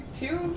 two